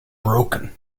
broken